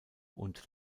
und